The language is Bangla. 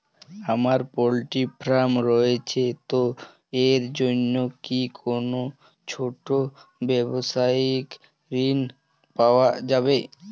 আমার পোল্ট্রি ফার্ম রয়েছে তো এর জন্য কি কোনো ছোটো ব্যাবসায়িক ঋণ পাওয়া যাবে?